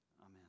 Amen